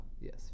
yes